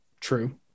True